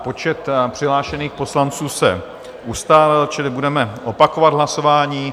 Počet přihlášených poslanců se ustálil, čili budeme opakovat hlasování.